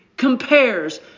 compares